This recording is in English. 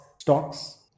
stocks